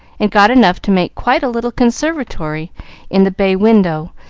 and got enough to make quite a little conservatory in the bay-window,